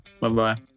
Bye-bye